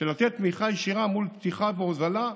של לתת תמיכה ישירה מול פתיחה והוזלה,